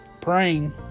praying